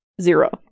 Zero